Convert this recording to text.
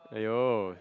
!aiyo!